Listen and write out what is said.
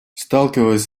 сталкиваясь